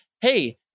hey